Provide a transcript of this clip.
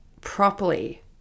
properly